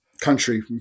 country